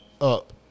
up